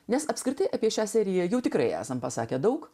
nes apskritai apie šias jau tikrai esam pasakė daug